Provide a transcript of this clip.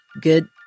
good